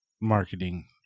marketing